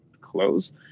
close